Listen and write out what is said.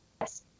Yes